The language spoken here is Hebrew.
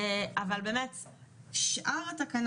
בסדר.